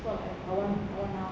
not like I want I want know